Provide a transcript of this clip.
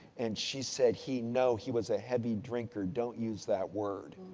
and, she said he, no he was a heavy drinker, don't use that word.